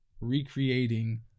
recreating